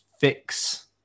fix